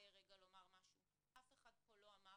מאיר אסרף,